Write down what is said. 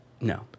No